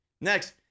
Next